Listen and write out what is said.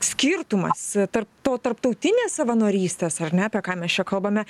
skirtumas tarp to tarptautinės savanorystės ar ne apie ką mes čia kalbame